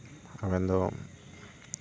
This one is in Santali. ᱟᱵᱮᱱ ᱫᱚ